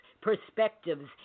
perspectives